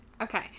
Okay